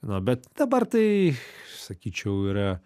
na bet dabar tai sakyčiau yra